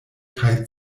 kaj